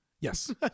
Yes